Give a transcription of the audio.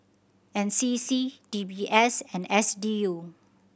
N C C D B S and S D U